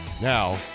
Now